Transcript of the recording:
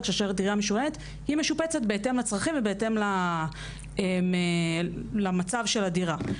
כאשר שהדירה משוריינת היא משופצת בהתאם לצרכים ובהתאם למצב הדירה.